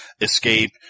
escape